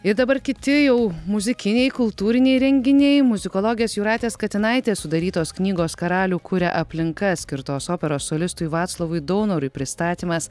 ir dabar kiti jau muzikiniai kultūriniai renginiai muzikologės jūratės katinaitės sudarytos knygos karalių kuria aplinka skirtos operos solistui vaclovui daunorui pristatymas